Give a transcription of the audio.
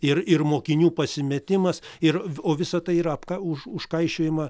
ir ir mokinių pasimetimas ir o visa tai yra apka už užkaišiojama